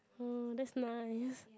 oh that's nice